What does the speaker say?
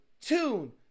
tune